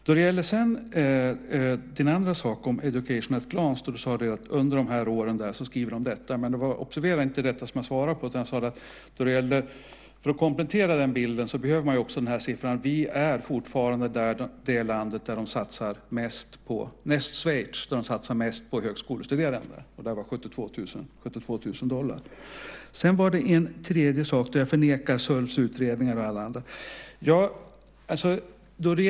Då det gäller det andra du tog upp om Education at a Glance , det som du sade att de skriver om åren 1995-2002, var det inte det jag svarade på, utan det jag sade var att för att komplettera bilden behöver man också den här siffran. Vi är fortfarande det land, efter Schweiz, som satsar mest på högskolestuderande; där var det 72 000 dollar. Den tredje saken gällde att jag förnekar Sulfs utredningar och så vidare.